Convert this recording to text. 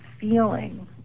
feeling